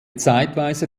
zeitweise